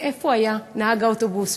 ואיפה היה נהג האוטובוס,